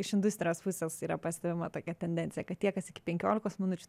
iš industrijos pusės yra pastebima tokia tendencija kad tie kas iki penkiolikos minučių